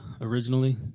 originally